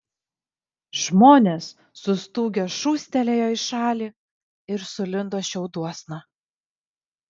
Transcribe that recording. žmonės sustūgę šūstelėjo į šalį ir sulindo šiauduosna